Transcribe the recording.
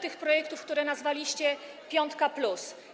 tych projektów, które nazwaliście piątka+.